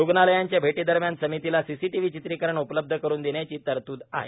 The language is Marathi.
रुग्णालयांच्या भेटी दरम्यान समितीला सीसीटिव्ही चित्रीकरण उपलब्ध करून देण्याची तरतूद आहे